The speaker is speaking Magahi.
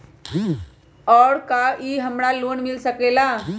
और का इ हमरा लोन पर भी मिल सकेला?